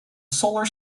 solar